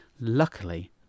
Luckily